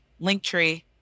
Linktree